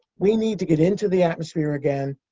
we need to get into the atmosphere again,